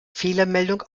fehlermeldung